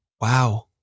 Wow